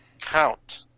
count